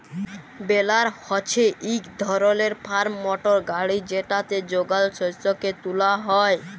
বেলার হছে ইক ধরলের ফার্ম মটর গাড়ি যেটতে যগাল শস্যকে তুলা হ্যয়